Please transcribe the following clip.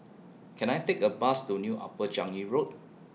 Can I Take A Bus to New Upper Changi Road